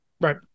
right